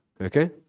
Okay